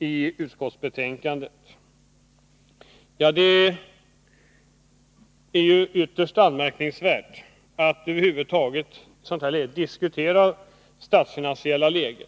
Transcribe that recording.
I utskottsbetänkandet anförs det statsfinansiella läget.